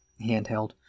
handheld